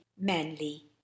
manly